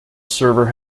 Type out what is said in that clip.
server